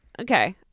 Okay